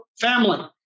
family